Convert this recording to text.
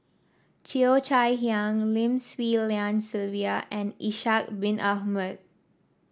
Cheo Chai Hiang Lim Swee Lian Sylvia and Ishak Bin Ahmad